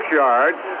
yards